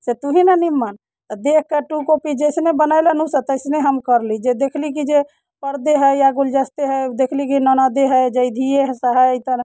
से तू ही ने निमन देखि कऽ टू कॉपी जैसने बनेलनि ओसभ तैसने हम करली जे देखली कि जे पर्दे हइ या गुलदस्ते हइ देखली कि ओ ननदिए हइ जैधिए सभ हइ तऽ